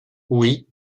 oui